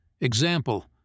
example